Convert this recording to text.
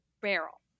barrel